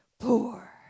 poor